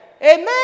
Amen